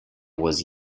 was